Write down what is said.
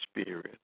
spirit